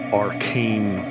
arcane